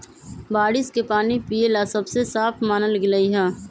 बारिश के पानी पिये ला सबसे साफ मानल गेलई ह